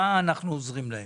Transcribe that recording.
במה אנחנו עוזרים להם?